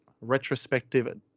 retrospective